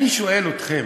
אני שואל אתכם,